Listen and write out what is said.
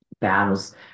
battles